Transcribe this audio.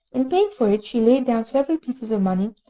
in paying for it, she laid down several pieces of money,